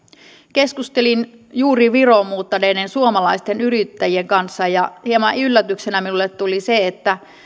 keskustelin juuri viroon muuttaneiden suomalaisten yrittäjien kanssa ja hieman yllätyksenä minulle tuli se että